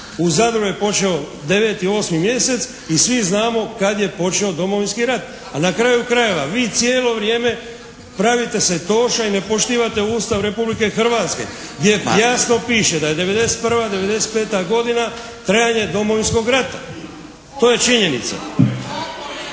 U Zadru je počeo deveti, osmi mjesec i svi znamo i svi znamo kad je počeo Domovinski rat. Ali na kraju krajeva vi cijelo vrijeme pravite se “toša“ i ne poštivate Ustav Republike Hrvatske, gdje jasno piše da je 1991., 1995. godina trajanja Domovinskog rata. To je činjenica.